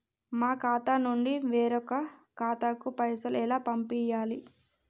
మా ఖాతా నుండి వేరొక ఖాతాకు పైసలు ఎలా పంపియ్యాలి?